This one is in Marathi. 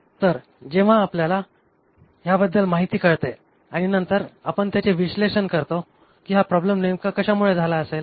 तर जेव्हा आपल्याला ह्याबद्दल माहिती कळते आणि नंतर आपण त्याचे विश्लेषण करतो कि हा प्रॉब्लेम नेमका कशामुळे आला असेल